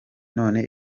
none